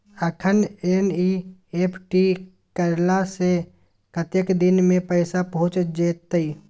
अखन एन.ई.एफ.टी करला से कतेक दिन में पैसा पहुँच जेतै?